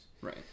Right